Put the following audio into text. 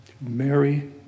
Mary